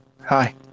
Hi